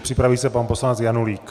Připraví se pan poslanec Janulík.